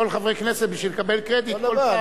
כל חבר כנסת כדי לקבל קרדיט כל פעם --- לא,